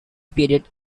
period